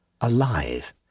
alive